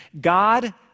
God